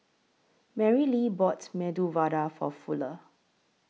Marylee bought Medu Vada For Fuller